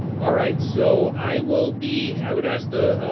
all right, so i will be, i would ask the,